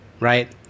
right